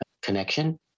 connection